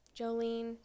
Jolene